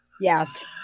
Yes